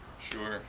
Sure